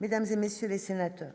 mesdames et messieurs les sénateurs.